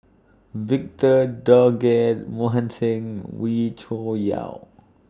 Victor Doggett Mohan Singh Wee Cho Yaw